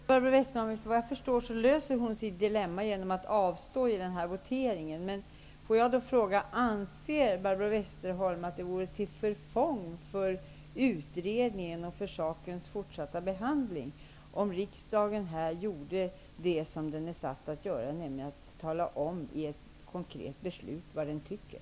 Fru talman! Såvitt jag förstår löser Barbro Westerholm sitt dilemma genom att avstå i voteringen. Anser Barbro Westerholm att det vore till förfång för utredningen och för sakens fortsatta behandling om riksdagen här gjorde det som den är satt att göra, nämligen att i ett konkret beslut tala om vad den tycker?